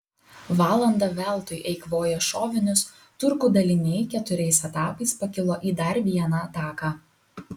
valandą veltui eikvoję šovinius turkų daliniai keturiais etapais pakilo į dar vieną ataką